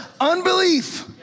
unbelief